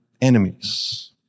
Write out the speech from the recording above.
enemies